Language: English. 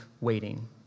waiting